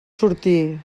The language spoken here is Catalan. sortir